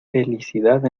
felicidad